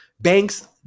banks